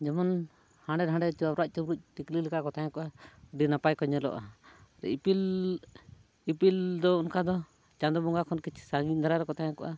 ᱡᱮᱢᱚᱱ ᱦᱟᱸᱰᱮ ᱱᱟᱰᱮ ᱪᱟᱵᱨᱟᱡ ᱪᱩᱵᱽᱨᱩᱡ ᱴᱤᱠᱞᱤ ᱞᱮᱠᱟ ᱠᱚ ᱛᱟᱦᱮᱸ ᱠᱚᱜᱼᱟ ᱟᱹᱰᱤ ᱱᱟᱯᱟᱭ ᱠᱚ ᱧᱮᱞᱚᱜᱼᱟ ᱤᱯᱤᱞ ᱤᱯᱤᱞ ᱫᱚ ᱚᱱᱠᱟ ᱫᱚ ᱪᱟᱸᱫᱚ ᱵᱚᱸᱜᱟ ᱠᱷᱚᱱ ᱠᱤᱪᱷᱩ ᱥᱟᱺᱜᱤᱧ ᱫᱷᱟᱨᱟ ᱨᱮᱠᱚ ᱛᱟᱦᱮᱸ ᱠᱚᱜᱼᱟ